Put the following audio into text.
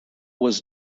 was